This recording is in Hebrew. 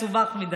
מסובך מדי.